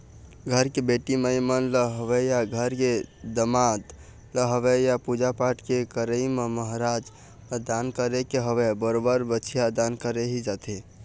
घर के बेटी माई मन ल होवय या घर के दमाद ल होवय या पूजा पाठ के करई म महराज ल दान करे के होवय बरोबर बछिया दान करे ही जाथे